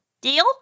Deal